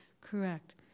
correct